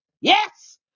Yes